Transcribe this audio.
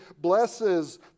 blesses